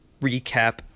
recap